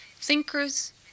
Thinkers